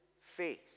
faith